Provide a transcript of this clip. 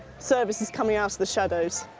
service was coming out of the shadows.